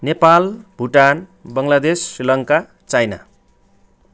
Nepal Bhutan Bangladesh Sri Lanka China